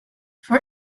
for